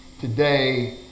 today